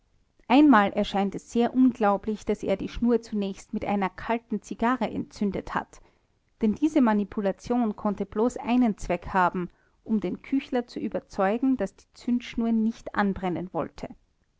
einmal erscheint es sehr unglaublich daß er die schnur zunächst mit einer kalten zigarre entzündet hat denn diese manipulation konnte bloß einen zweck haben um den küchler zu überzeugen daß die zündschnur nicht anbrennen wolle